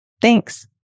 Thanks